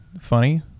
funny